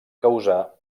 causar